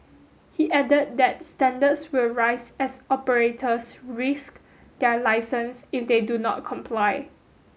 he added that standards will rise as operators risk their licence if they do not comply